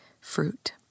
fruit